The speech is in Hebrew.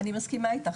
אני מסכימה איתך,